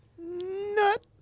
Nut